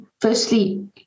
firstly